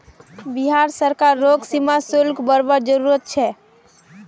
बिहार सरकार रोग सीमा शुल्क बरवार जरूरत छे